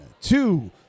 two